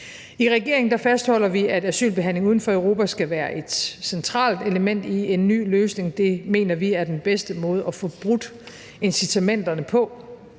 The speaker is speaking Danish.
I regeringen fastholder vi, at asylbehandlingen uden for Europa skal være et centralt element i en ny løsning. Det mener vi er den bedste måde at få brudt incitamenterne på.